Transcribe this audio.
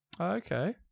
Okay